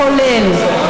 כולל.